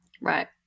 Right